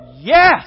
Yes